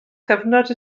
cyfnod